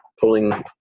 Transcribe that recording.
pulling